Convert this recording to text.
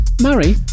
Mary